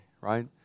right